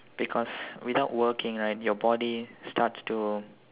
because without working right your body starts to